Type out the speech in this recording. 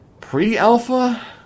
pre-alpha